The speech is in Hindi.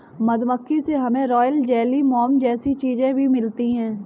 मधुमक्खी से हमे रॉयल जेली, मोम जैसी चीजे भी मिलती है